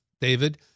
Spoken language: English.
David